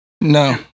No